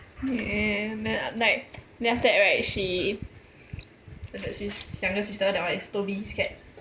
eh then a~ like then after that right she so there's this younger sister that one is toby's cat